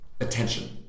attention